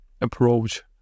approach